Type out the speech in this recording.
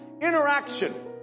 interaction